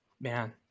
Man